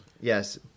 Yes